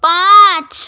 পাঁচ